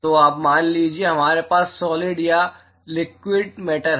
तो अब मान लीजिए हमारे पास सॉलिड या लिक्विड मैटर है